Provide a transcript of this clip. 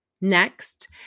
Next